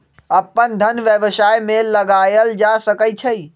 अप्पन धन व्यवसाय में लगायल जा सकइ छइ